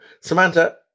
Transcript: Samantha